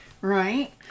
Right